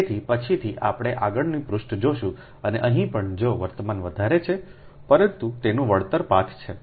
તેથી પછીથી આપણે આગળનું પૃષ્ઠ જોશું અને અહીં પણ જો વર્તમાન વધારે છે પરંતુ તેનું વળતર પાથ છે